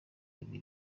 ibiri